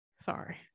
Sorry